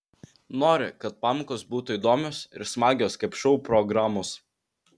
nori kad pamokos būtų įdomios ir smagios kaip šou programos